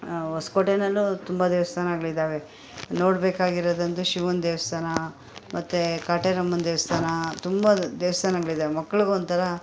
ಹೊಸಕೋಟೆನಲ್ಲೂ ತುಂಬ ದೇವಸ್ಥಾನಗಳಿದ್ದಾವೆ ನೋಡಬೇಕಾಗಿರೋದೊಂದು ಶಿವನ ದೇವಸ್ಥಾನ ಮತ್ತೆ ಕಾಟೇರಮ್ಮನ ದೇವಸ್ಥಾನ ತುಂಬ ದೇವಸ್ಥಾನಗಳಿದ್ದಾವೆ ಮಕ್ಳಿಗೊಂಥರ